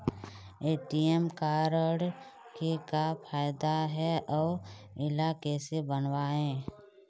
ATM card के का फायदा हे अऊ इला कैसे बनवाथे?